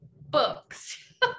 books